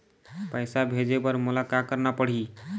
पैसा भेजे बर मोला का करना पड़ही?